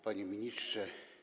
Panie Ministrze!